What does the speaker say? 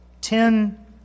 Ten